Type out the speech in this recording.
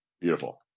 Beautiful